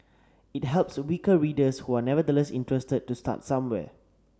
it helps weaker readers who are nevertheless interested to start somewhere